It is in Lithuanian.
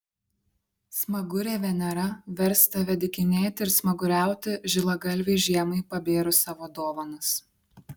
smagurė venera vers tave dykinėti ir smaguriauti žilagalvei žiemai pabėrus savo dovanas